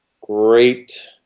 Great